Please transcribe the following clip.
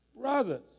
brothers